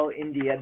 India